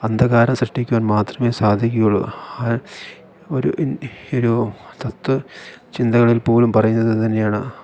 അന്ധകാരം സൃഷ്ടിക്കുവാൻ മാത്രമേ സാധിക്കുകയുള്ളൂ ഒരു ഒരു തത്ത്വ ചിന്തകളിൽ പോലും പറയുന്നത് ഇതുതന്നെയാണ്